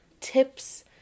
tips